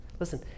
Listen